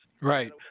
right